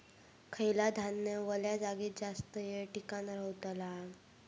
खयला धान्य वल्या जागेत जास्त येळ टिकान रवतला?